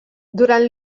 durant